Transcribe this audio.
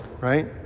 right